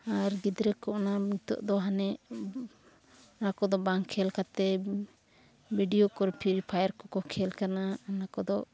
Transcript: ᱟᱨ ᱜᱤᱫᱽᱨᱟᱹ ᱠᱚ ᱚᱱᱟ ᱱᱤᱛᱚᱜ ᱫᱚ ᱚᱱᱮ ᱚᱱᱟ ᱠᱚᱫᱚ ᱵᱟᱝ ᱠᱷᱮᱞ ᱠᱟᱛᱮᱫ ᱵᱷᱤᱰᱤᱭᱳ ᱠᱚ ᱯᱷᱨᱤ ᱯᱷᱟᱭᱟᱨ ᱠᱚᱠᱚ ᱠᱷᱮᱞ ᱠᱟᱱᱟ ᱚᱱᱟ ᱠᱚᱫᱚ